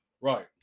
Right